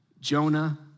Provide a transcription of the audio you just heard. Jonah